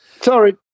Sorry